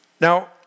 Now